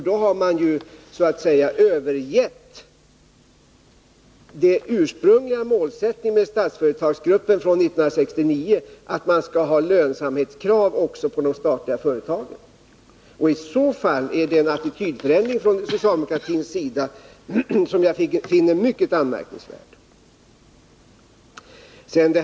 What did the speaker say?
Då har man övergivit den ursprungliga målsättningen för till andra länder av statliga företags verksamhet Statsföretagsgruppen från 1969, nämligen att lönsamhetskrav skall ställas också på de statliga företagen. I så fall är det en attitydförändring från socialdemokratins sida som jag finner mycket anmärkningsvärd.